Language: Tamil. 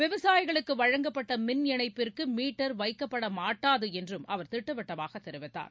விவசாயிகளுக்கு வழங்கப்பட்ட மின் இணைப்பிற்கு மீட்டர் வைக்கப்படமாட்டாது என்றும் அவர் திட்டவட்டமாகத் தெரிவித்தார்